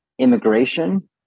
immigration